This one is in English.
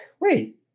wait